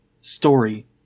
story